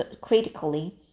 critically